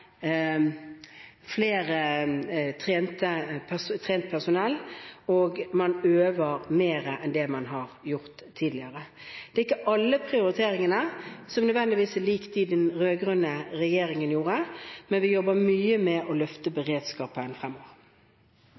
trent personell, og man øver mer enn det man har gjort tidligere. Det er ikke alle prioriteringene som nødvendigvis er lik dem den rød-grønne regjering gjorde, men vi jobber mye med å løfte beredskapen fremover.